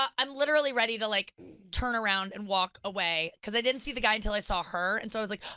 um i'm literally ready to like turn around and walk away, because i didn't see the guy until i saw her, and so i was like,